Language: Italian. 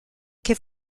che